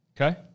Okay